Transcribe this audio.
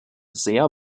sehr